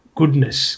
goodness